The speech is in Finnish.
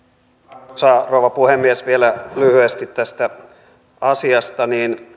arvoisa rouva puhemies vielä lyhyesti tästä asiasta